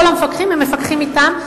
כל המפקחים הם מפקחים מטעם,